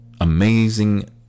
amazing